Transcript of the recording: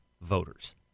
voters